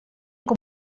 com